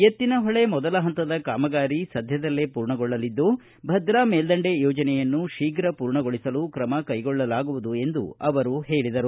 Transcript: ಎಕ್ತಿನಹೊಳೆ ಮೊದಲ ಹಂತದ ಕಾಮಗಾರಿ ಸದ್ಯದಲ್ಲೇ ಪೂರ್ಣಗೊಳ್ಳಲಿದ್ದು ಭದ್ರಾ ಮೇಲ್ದಂಡೆ ಯೋಜನೆಯನ್ನು ಶೀಘ್ರ ಪೂರ್ಣಗೊಳಿಸಲು ಕ್ರಮ ಕೈಗೊಳ್ಳಲಾಗುವುದು ಎಂದು ಅವರು ಹೇಳಿದರು